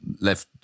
left